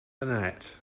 annette